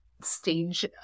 stage